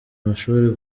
amashuri